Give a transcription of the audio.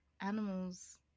animals